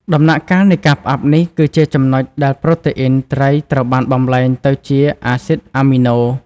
ដំណាក់កាល នៃការផ្អាប់នេះគឺជាចំណុចដែលប្រូតេអ៊ីនត្រីត្រូវបានបំប្លែងទៅជា អាស៊ីតអាមីណូ។